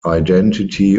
identity